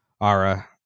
Ara